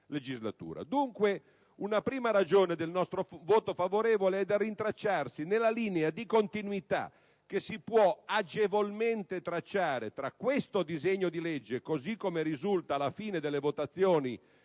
Una prima ragione del nostro voto favorevole è da rinvenirsi dunque nella linea di continuità che si può agevolmente tracciare tra questo disegno di legge, così come risulta alla fine delle votazioni